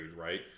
right